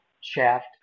shaft